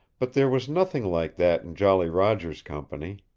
but there was nothing like that in jolly roger's company.